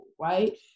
right